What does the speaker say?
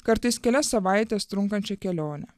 kartais kelias savaites trunkančią kelionę